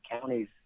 counties